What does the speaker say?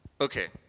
Okay